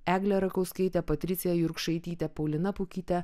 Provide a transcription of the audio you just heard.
eglė rakauskaitė patricija jurkšaitytė paulina pukyte